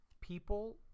People –